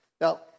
Now